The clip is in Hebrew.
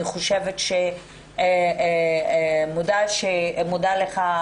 אני מודה לך,